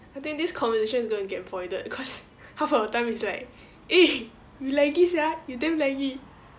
I think this conversation is gonna get voided cause half of the time it's like eh you laggy sia you damn laggy